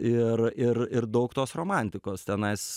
ir ir ir daug tos romantikos tenais